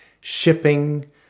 shipping